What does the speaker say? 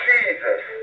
Jesus